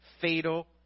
fatal